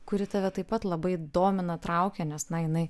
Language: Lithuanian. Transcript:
kuri tave taip pat labai domina traukia nes na jinai